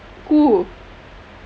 who